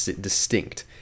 distinct